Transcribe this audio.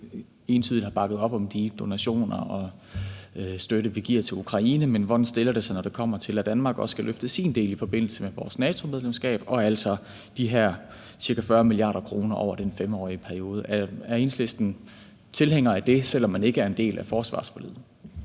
så entydigt har bakket op om de donationer og den støtte, vi giver til Ukraine. Men hvordan stiller partiet sig, når det kommer til, at Danmark skal løfte sin del i forbindelse med vores NATO-medlemskab og altså de her ca. 40 mia. kr. over den 5-årige periode? Er Enhedslisten tilhænger af det, selv om man ikke er en del af forsvarsforliget?